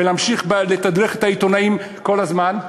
ולהמשיך לתדרך את העיתונאים כל הזמן,